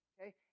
okay